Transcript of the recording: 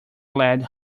led